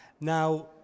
Now